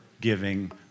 giving